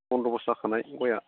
बन्द'बस्त जाखानाय गयआ